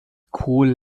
kohl